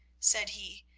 said he,